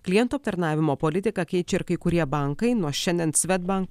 klientų aptarnavimo politiką keičia ir kai kurie bankai nuo šiandien swedbank